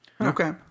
Okay